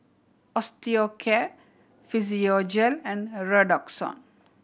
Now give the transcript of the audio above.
Osteocare Physiogel and Redoxon